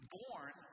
born